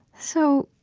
so,